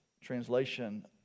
translation